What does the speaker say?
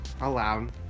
aloud